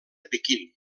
pequín